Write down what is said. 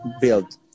build